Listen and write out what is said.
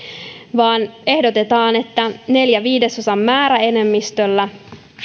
vaan ehdotetaan että neljän viidesosan määräenemmistöllä